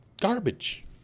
garbage